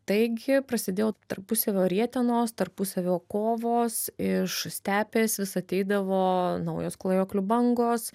taigi prasidėjo tarpusavio rietenos tarpusavio kovos iš stepės vis ateidavo naujos klajoklių bangos